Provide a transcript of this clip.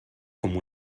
com